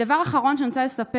דבר אחרון שאני רוצה לספר: